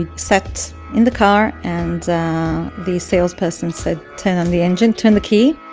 and sat in the car, and the salesperson said, turn on the engine, turn the key.